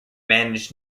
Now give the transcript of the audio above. managed